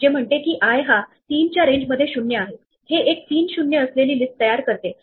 तेव्हा आपण हे सगळे मार्क केलेले पुसून टाकुयात आणि आपल्याला अपेक्षित असलेल्या गोष्टी सेटअप करूया